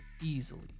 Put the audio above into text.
easily